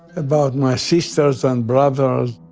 about my sisters and brothers